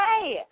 Hey